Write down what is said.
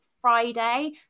Friday